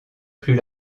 plus